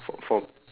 fo~ for